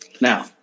Now